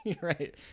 Right